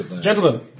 Gentlemen